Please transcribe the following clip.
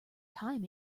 time